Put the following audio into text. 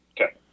Okay